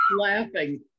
laughing